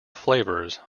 flavors